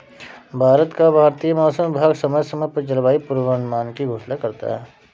भारत का भारतीय मौसम विभाग समय समय पर जलवायु पूर्वानुमान की घोषणा करता है